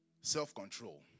self-control